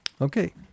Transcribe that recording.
Okay